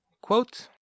Quote